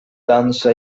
danza